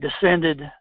descended